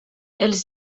els